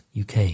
UK